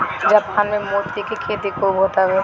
Japan में मोती के खेती खूब होत हवे